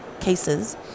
cases